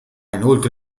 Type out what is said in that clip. inoltre